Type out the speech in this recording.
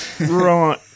Right